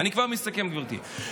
אני כבר מסכם, גברתי.